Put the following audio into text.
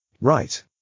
Right